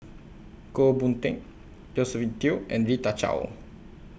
Goh Boon Teck Josephine Teo and Rita Chao